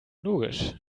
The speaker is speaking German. logisch